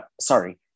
sorry